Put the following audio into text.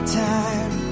time